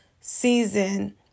season